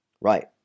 Right